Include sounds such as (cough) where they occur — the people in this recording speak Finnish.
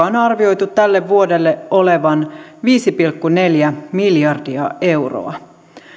(unintelligible) on arvioitu tälle vuodelle olevan viisi pilkku neljä miljardia euroa